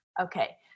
Okay